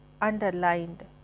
underlined